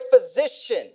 physician